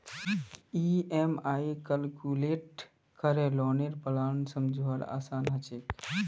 EMI calculate करे लौनेर plan समझवार आसान ह छेक